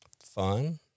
fun